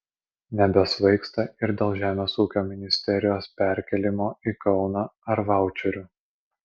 nebesvaigsta ir dėl žemės ūkio ministerijos perkėlimo į kauną ar vaučerių